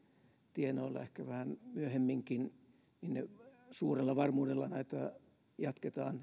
tienoilla ehkä vähän myöhemminkin ja suurella varmuudella näitä jatketaan